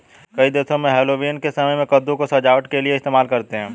कई देशों में हैलोवीन के समय में कद्दू को सजावट के लिए इस्तेमाल करते हैं